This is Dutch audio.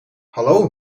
hallo